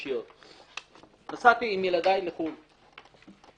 גם לגופו של עניין אני מציעה לשקול את זה מאוד מאוד בזהירות.